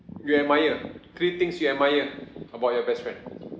you admire three things you admire about your best friend